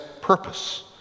purpose